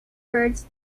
birds